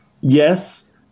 Yes